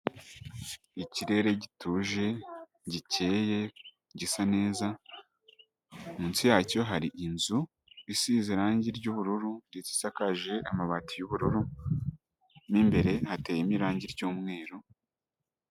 Ikirere gituje gikeye gisa neza, munsi yacyo hari inzu isize irangi ry'ubururu ndetse isakaje amabati y'ubururu, mo imbere hateyemo irangi ry'umweru.